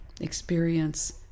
experience